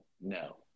No